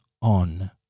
on